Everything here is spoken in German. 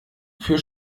für